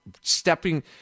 stepping